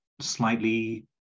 slightly